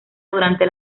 durante